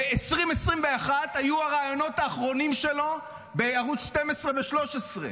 ב-2021 היו הראיונות האחרונים שלו בערוץ 12 ו-13.